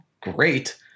great